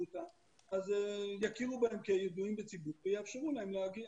אותה אז יכירו בהם כידועים בציבור ויאפשרו להם להגיע.